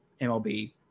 MLB